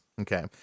Okay